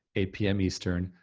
eight pm eastern,